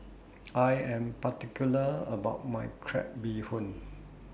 I Am particular about My Crab Bee Hoon